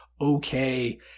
okay